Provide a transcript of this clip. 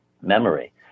memory